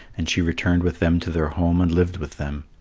and she returned with them to their home and lived with them.